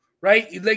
right